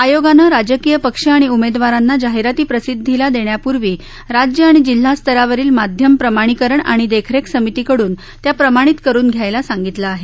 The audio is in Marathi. आयोगाने राजकीय पक्ष आणि उमेदवारांना जाहिराती प्रसिद्धीला देण्यापूर्वी राज्य आणि जिल्हा स्तरावरील माध्यम प्रमाणीकरण आणि देखरेख समितीकडून त्या प्रमाणित करून घ्यायला सांगितलं आहे